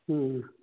ಹ್ಞೂ